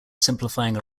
simplifying